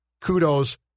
kudos